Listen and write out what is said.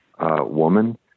woman